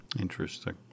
Interesting